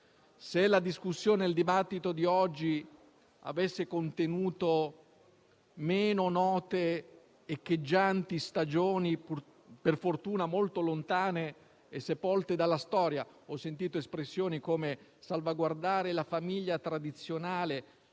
di osservare che se il dibattito di oggi avesse contenuto meno note echeggianti stagioni, per fortuna, molto lontane e sepolte dalla storia - ho sentito usare espressioni come "salvaguardare la famiglia tradizionale"